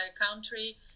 country